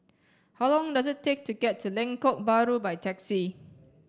how long does it take to get to Lengkok Bahru by taxi